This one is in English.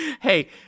hey